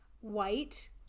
white